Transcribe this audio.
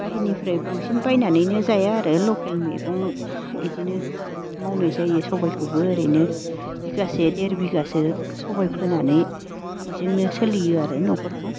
बाहेरनिफ्राय बांसिन बायनानैनो जाया आरो लकेल मैगं इदिनो मावनाय जायो सबायखौबो ओरैनो बिगासे देर बिगासो सबाय फोनानै बिजोंनो सोलियो आरो न'खरखौ